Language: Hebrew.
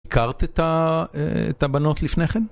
הכרת את הבנות לפני כן?